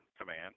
command